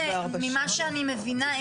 ממה שאני מבינה,